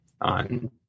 on